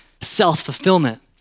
self-fulfillment